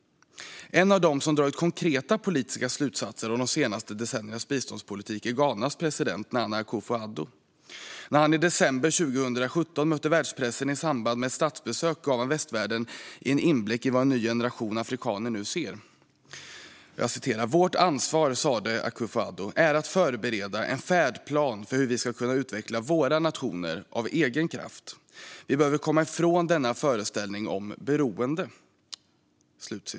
En av dem som har dragit konkreta politiska slutsatser av de senaste decenniernas biståndspolitik är Ghanas president Nana Akufo-Addo. När han i december 2017 mötte världspressen i samband med ett statsbesök gav han västvärlden en inblick i vad en ny generation afrikaner nu ser. Han sa: Vårt ansvar är att förbereda en färdplan för hur vi ska kunna utveckla våra nationer av egen kraft. Vi behöver komma ifrån denna föreställning om beroende.